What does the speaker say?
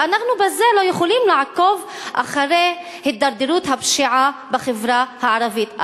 ואנחנו לא יכולים לעקוב אחרי הידרדרות הפשיעה בחברה הערבית.